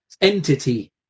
entity